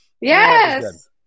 Yes